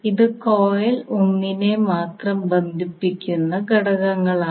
അത് കോയിൽ 1 നെ മാത്രം ബന്ധിപ്പിക്കുന്ന ഘടകങ്ങളാണ്